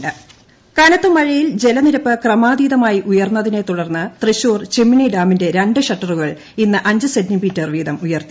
dam കനത്ത മഴയിൽ ജലനിരപ്പ് ക്രമാത്യീരുമായി ഉയർന്നതിനെ തുടർന്ന് തൃശൂർ ചിമ്മിനി ഡാമിന്റെ രണ്ട് ്ഷ്ട്ടറുകൾ ഇന്ന് അഞ്ച് സെന്റിമീറ്റർ വീതം ഉയർത്തി